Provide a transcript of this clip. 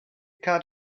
cut